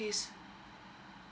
yes